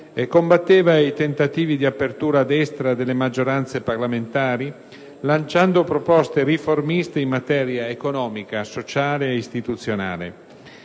combatteva i tentativi di apertura a destra delle maggioranze parlamentari, lanciando proposte riformiste in materia economica, sociale ed istituzionale.